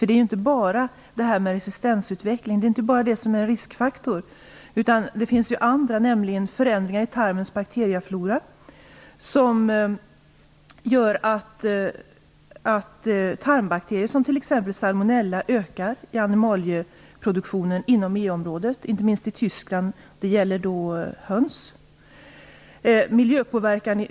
Det är inte bara resistensutvecklingen som är en riskfaktor, utan det finns också andra riskfaktorer, såsom förändringar i tarmens bakterieflora vilka gör att tarmbakterier som exempelvis salmonellabakterier ökar i animalieproduktionen inom EU-området, inte minst i den tyska hönsuppfödningen.